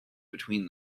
between